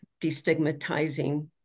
destigmatizing